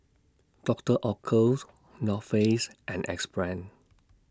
Doctor Oetker's North Face and Axe Brand